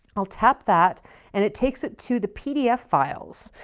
i'll tap that and it takes it to the pdf files,